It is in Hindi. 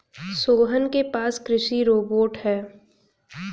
सोहन के पास कृषि रोबोट है